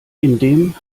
indem